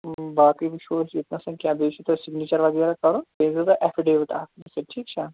باقٕے وُچھَو أسۍ ییٚتنَسَن کیٛاہ بیٚیہِ چھُو تۄہہِ سِنٛگنِچر وغیرہ کَرُن بیٚیہِ أنزیٚو تُہۍ ایٚفِڈیوِٹ اَکھ ٹھیٖک چھا